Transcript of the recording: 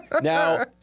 Now